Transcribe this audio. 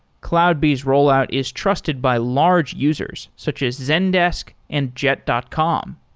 cloudbees rollout is trusted by large users, such as zekdesk and jet dot com.